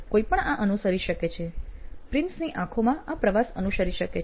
કોઈપણ આ અનુસરી શકે છે પ્રિન્સની આંખોમાં આ પ્રવાસ અનુસરી શકે છે